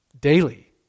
Daily